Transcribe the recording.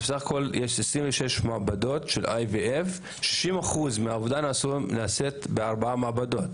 יש בסך הכול 26 מעבדות של IVF כ-60% מהעבודה נעשית בארבע מעבדות